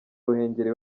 ruhengeri